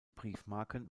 briefmarken